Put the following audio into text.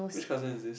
which cousin is this